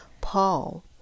Paul